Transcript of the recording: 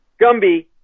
Gumby